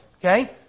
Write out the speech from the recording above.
okay